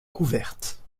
couvertes